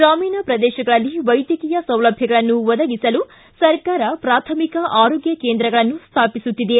ಗ್ರಾಮೀಣ ಪ್ರದೇಶಗಳಲ್ಲಿ ವೈದ್ಯಕೀಯ ಸೌಲಭ್ಯಗಳನ್ನು ಒದಗಿಸಲು ಸರ್ಕಾರ ಪ್ರಾಥಮಿಕ ಆರೋಗ್ತ ಕೇಂದ್ರಗಳನ್ನು ಸ್ಥಾಪಿಸುತ್ತಿದೆ